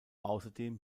außerdem